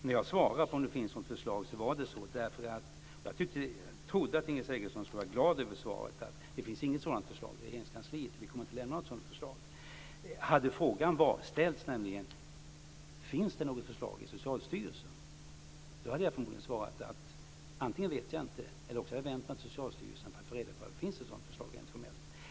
När jag svarade på frågan om det finns något förslag var det så - jag trodde att Inger Segelström skulle vara glad över svaret - att det inte fanns något sådant förslag i Regeringskansliet, och vi kommer inte att lämna något sådant förslag. Hade frågan varit om det finns något förslag i Socialstyrelsen hade jag förmodligen antingen svarat att jag inte visste, eller så hade jag vänt mig till Socialstyrelsen för att få reda på om det fanns ett sådant förslag rent formellt.